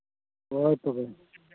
ᱦᱳᱭ ᱛᱚᱵᱮ